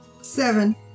Seven